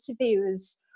interviews